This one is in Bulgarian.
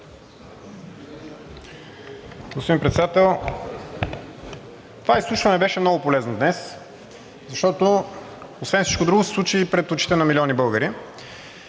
Господин Председател, това изслушване днес беше много полезно, защото освен всичко друго се случи и пред очите на милиони българи,